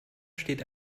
steht